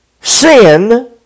sin